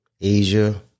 Asia